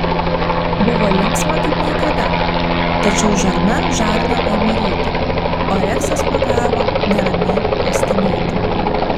buvo linksma kaip niekada tačiau žarna žarną ėmė ryti o reksas pagavo neramiai uostinėti